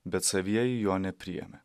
bet savieji jo nepriėmė